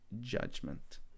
judgment